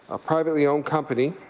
a privately owned company